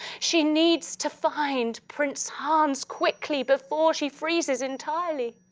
she needs to find prince hans quickly before she freezes entirely.